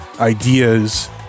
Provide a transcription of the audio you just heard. ideas